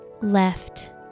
left